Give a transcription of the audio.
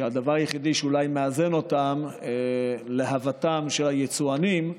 והדבר היחיד שאולי מאזן אותם, להוותם של היצואנים,